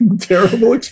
terrible